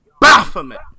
baphomet